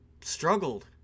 struggled